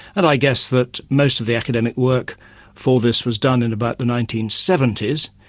and i guess that most of the academic work for this was done in about the nineteen seventy s,